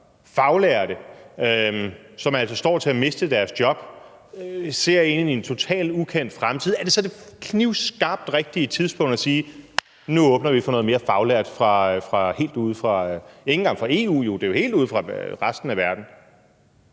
faglærte, som altså står til at miste deres job, og som ser ind i en totalt ukendt fremtid, er det så det knivskarpt rigtige tidspunkt at sige, at nu åbner vi for noget mere faglært arbejdskraft – og ikke engang fra EU, det er jo helt ude fra resten af verden?